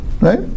Right